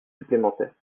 supplémentaire